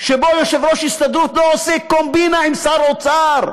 שיושב-ראש הסתדרות לא עושה קומבינה עם שר האוצר,